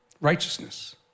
righteousness